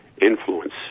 influence